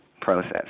process